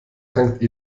tankt